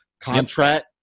Contract